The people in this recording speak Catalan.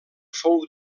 fou